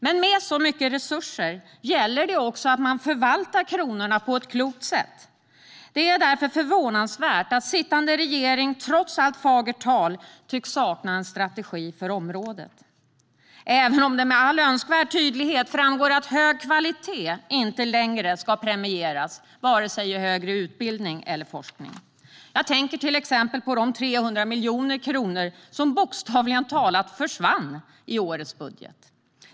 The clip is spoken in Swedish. Men med så mycket resurser gäller det också att man förvaltar kronorna på ett klokt sätt. Det är därför förvånansvärt att sittande regering, trots allt fagert tal, tycks sakna en strategi för området, även om det med all önskvärd tydlighet framgår att hög kvalitet inte längre ska premieras i vare sig högre utbildning eller forskning. Jag tänker till exempel på de 300 miljoner kronor som bokstavligt talat försvann i årets budget.